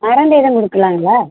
மருந்து எதுவும் கொடுக்கலாங்களா